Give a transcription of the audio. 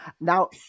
Now